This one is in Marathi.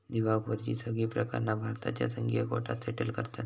दिवळखोरीची सगळी प्रकरणा भारताच्या संघीय कोर्टात सेटल करतत